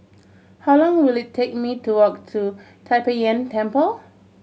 how long will it take me to walk to Tai Pei Yuen Temple